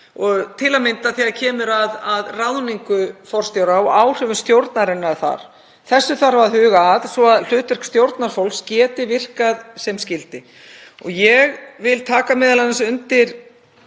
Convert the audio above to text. til að mynda þegar kemur að ráðningu forstjóra og áhrifum stjórnarinnar þar. Þessu þarf að huga að svo hlutverk stjórnarfólks geti virkað sem skyldi. Ég vil taka m.a. undir